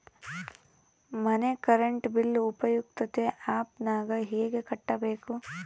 ಮನೆ current bill ಉಪಯುಕ್ತತೆ app ನಾಗ ಹೆಂಗ ಕಟ್ಟಬೇಕು?